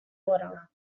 order